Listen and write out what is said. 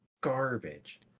garbage